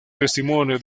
testimonio